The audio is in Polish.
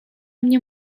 mnie